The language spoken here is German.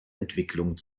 entwicklung